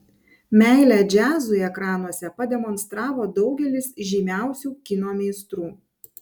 meilę džiazui ekranuose pademonstravo daugelis žymiausių kino meistrų